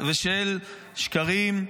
-- ושל שקרים.